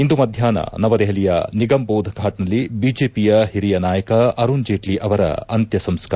ಇಂದು ಮಧ್ಯಾಹ್ನ ನವದೆಹಲಿಯ ನಿಗಮ್ಬೋಧ್ ಘಾಟ್ನಲ್ಲಿ ಬಿಜೆಪಿಯ ಹಿರಿಯ ನಾಯಕ ಅರುಣ್ ಜೇಟ್ಲಿ ಅವರ ಅಂತ್ಯಸಂಸ್ಕಾರ